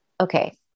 okay